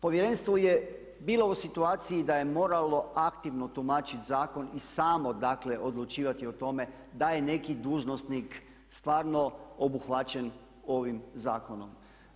Povjerenstvo je bilo u situaciji da je moralo aktivno tumačiti zakon i samo dakle odlučivati o tome da je neki dužnosnik stvarno obuhvaćen ovim zakonom.